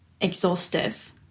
exhaustive